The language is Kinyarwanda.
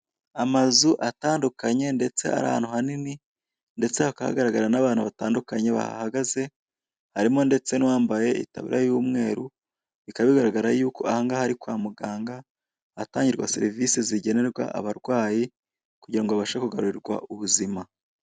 Amazu atandukanye ndetse ari ahantu hanini, ndetse hakaba hagaragara n'abantu batandukanye bahahagaze harimo ndetse n'uwambaye itaburiya y'umweru, bikaba bigaragara yuko aha ngaha ari kwa muganga, ahatangirwa serivisi kugira ngo babashe kugarurirwa ubuzima.